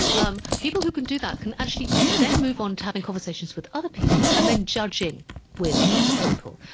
um people who can do that can actually then move on to having conversations with other people and then judging with other people.